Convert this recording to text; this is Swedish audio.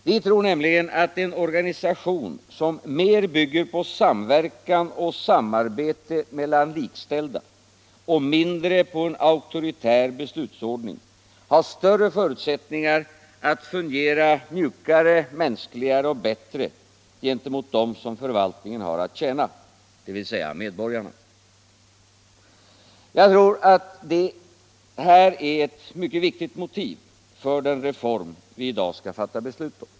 Vi tror nämligen att en organisation som mer bygger på samverkan och samarbete mellan likställda och mindre på en auktoritär beslutsordning har större förutsättningar att fungera mjukare, mänskligare och bättre gentemot dem som förvaltningen har att tjäna, dvs. medborgarna. Jag tror att vi här har ett mycket viktigt niotiv för den reform vi i dag skall fatta beslut om.